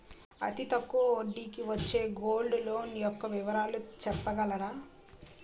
అతి తక్కువ వడ్డీ కి వచ్చే గోల్డ్ లోన్ యెక్క వివరాలు చెప్పగలరా?